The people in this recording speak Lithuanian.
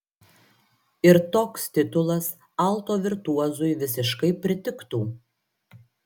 ir toks titulas alto virtuozui visiškai pritiktų